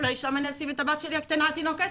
אולי שם אני אשים את הבת שלי הקטנה התינוקת,